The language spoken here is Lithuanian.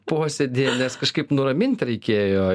posėdyje nes kažkaip nuramint reikėjo